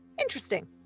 interesting